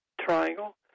Triangle